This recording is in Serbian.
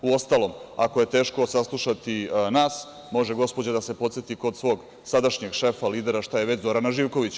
Uostalom, ako je teško saslušati nas, može gospođa da se podseti kod svog sadašnjeg šefa, lidera, šta je već, Zorana Živkovića.